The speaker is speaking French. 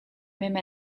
même